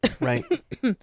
right